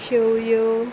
शेवयो